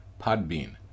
Podbean